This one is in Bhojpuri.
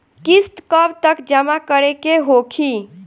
किस्त कब तक जमा करें के होखी?